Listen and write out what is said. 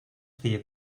feia